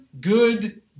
good